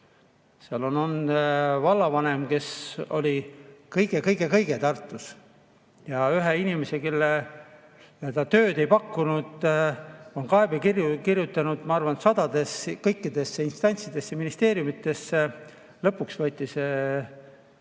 Seal on vallavanem, kes oli kõige-kõige-kõige Tartus, aga üks inimene, kellele ta tööd ei pakkunud, on kaebekirju kirjutanud, ma arvan, kõikidesse instantsidesse, ministeeriumidesse. Lõpuks võeti see